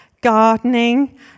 gardening